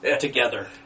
together